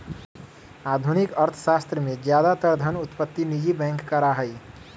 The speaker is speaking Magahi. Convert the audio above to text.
आधुनिक अर्थशास्त्र में ज्यादातर धन उत्पत्ति निजी बैंक करा हई